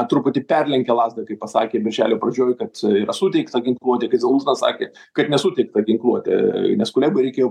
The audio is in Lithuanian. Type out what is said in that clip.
truputį perlenkė lazdą kaip pasakė birželio pradžioj kad yra suteikta ginkluotė kai zalužinas sakė kad nesuteikta ginkluotė nes kulebai reikėjo